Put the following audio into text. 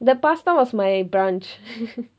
the pasta was my brunch